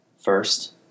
First